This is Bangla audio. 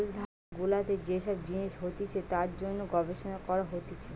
জলাধার গুলাতে যে সব জিনিস হতিছে তার জন্যে গবেষণা করা হতিছে